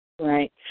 Right